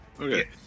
Okay